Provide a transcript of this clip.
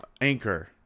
Anchor